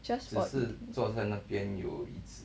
just for eating